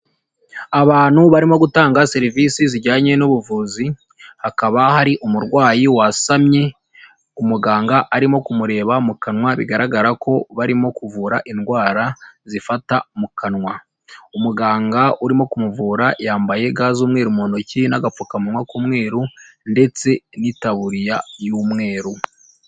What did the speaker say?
Abantu barimo gutanga serivisi zijyanye n'ubuvuzi, hakaba hari umurwayi wasamye umuganga arimo kumureba mu kanwa bigaragara ko barimo kuvura indwara zifata mu kanwa. Umuganga urimo kumuvura yambaye ga z'umweruru mu ntoki n'agapfukamunwa k'umweruru ndetse n'itaburiya y'umweru.